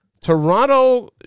Toronto